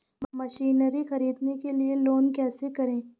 Machinery ख़रीदने के लिए लोन कैसे करें?